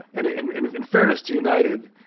and, in kind of in fairness to united,